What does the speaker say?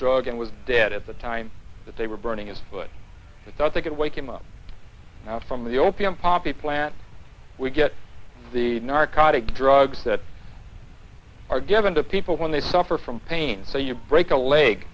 drug and was dead at the time that they were burning his foot it does make it wake him up from the opium poppy plant we get the narcotic drugs that are given to people when they suffer from pain so you break a leg